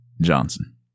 Johnson